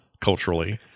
culturally